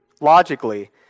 logically